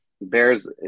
bears